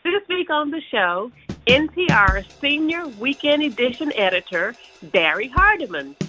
this week on the show npr senior weekend edition editor barrie hardymon and